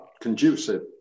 conducive